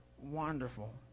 wonderful